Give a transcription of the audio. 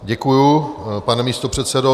Děkuji, pane místopředsedo.